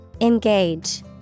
Engage